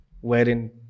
Wherein